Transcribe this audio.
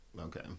Okay